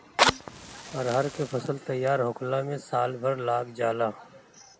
अरहर के फसल तईयार होखला में साल भर लाग जाला